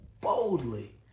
boldly